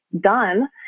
done